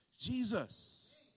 Jesus